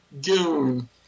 doom